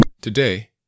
Today